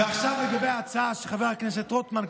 ועכשיו לגבי ההצעה של חבר הכנסת רוטמן,